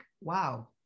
wow